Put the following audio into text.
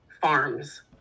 Farms